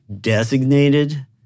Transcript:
designated